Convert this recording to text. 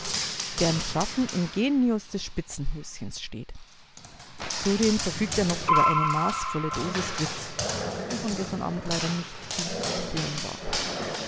deren schaffen im genius des spitzenhöschens steht zudem verfügt er noch über eine maßvolle dosis witz wovon gestern abend leider nicht viel zu spüren war